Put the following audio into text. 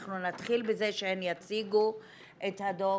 אנחנו נתחיל בזה שהן יציגו את הדוח,